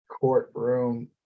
courtroom